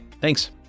Thanks